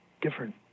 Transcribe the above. different